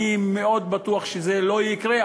אני מאוד בטוח שזה לא יקרה,